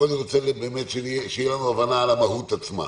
אני רוצה שיהיה לנו הבנה על המהות עצמה.